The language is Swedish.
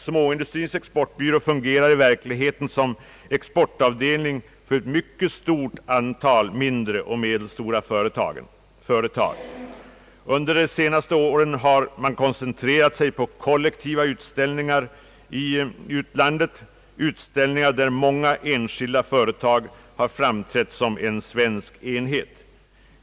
Små industrins Exportbyrå fungerar i verkligheten som exportavdelning för ett mycket stort antal mindre och medelstora företag. Under de senaste åren har man koncentrerat sig på kollektiva utställningar i andra länder där många enskilda företag har framträtt som en svensk enhet.